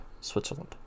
Switzerland